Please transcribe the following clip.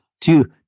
Two